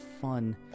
fun